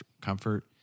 comfort